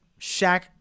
Shaq